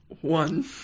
one